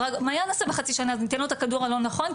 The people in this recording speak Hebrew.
אז מה נעשה חצי שנה ניתן לו את הכדור הלא נכון,